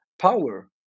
power